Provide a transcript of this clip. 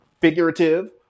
figurative